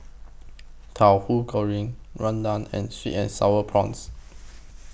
Tauhu Goreng Rendang and Sweet and Sour Prawns